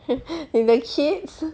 你的 kids